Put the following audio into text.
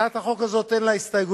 הצעת החוק הזאת, אין לה הסתייגויות.